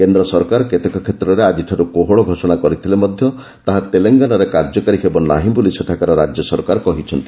କେନ୍ଦ୍ର ସରକାର କେତେକ କ୍ଷେତ୍ରରେ ଆଜିଠାରୁ କୋହଳ ଘୋଷଣା କରିଥିଲେ ମଧ୍ୟ ତାହା ତେଲଙ୍ଗାନାରେ କାର୍ଯ୍ୟକାରୀ ହେବ ନାହିଁ ବୋଲି ସେଠାକାର ରାଜ୍ୟ ସରକାର କହିଛନ୍ତି